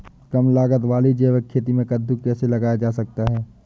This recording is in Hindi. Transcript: कम लागत वाली जैविक खेती में कद्दू कैसे लगाया जा सकता है?